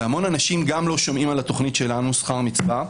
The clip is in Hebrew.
והמון אנשים לא שומעים גם על התוכנית שלנו "שכר מצווה",